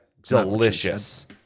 delicious